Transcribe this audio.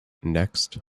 next